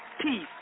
peace